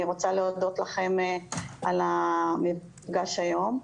אני רוצה להודות לכם על המפגש היום.